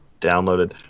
downloaded